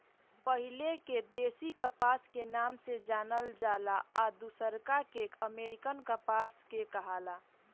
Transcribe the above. पहिले के देशी कपास के नाम से जानल जाला आ दुसरका के अमेरिकन कपास के कहाला